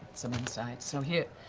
some insight so here.